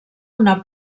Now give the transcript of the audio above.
una